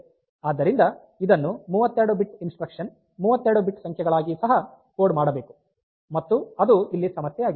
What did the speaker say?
ಆದ್ದರಿಂದ ಇದನ್ನು 32 bit instruction 32 bit ಸಂಖ್ಯೆಗಳಾಗಿ ಸಹ ಕೋಡ್ ಮಾಡಬೇಕು ಮತ್ತು ಅದು ಇಲ್ಲಿ ಸಮಸ್ಯೆಯಾಗಿದೆ